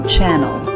Channel